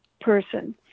person